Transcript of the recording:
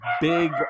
big